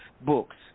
books